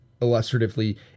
illustratively